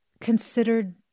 considered